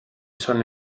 sono